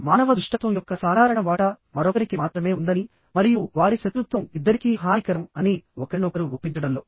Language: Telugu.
మానవ దుష్టత్వం యొక్క సాధారణ వాటా మరొకరికి మాత్రమే ఉందని మరియు వారి శత్రుత్వం ఇద్దరికీ హానికరం అని ఒకరినొకరు ఒప్పించడంలో